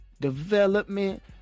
development